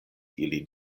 ilin